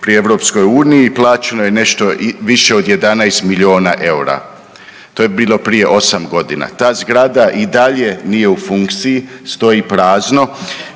pri EU i plaćalo je nešto više od 11 milijuna eura. To je bilo prije osam godina, ta zgrada i dalje nije u funkciji, stoji prazno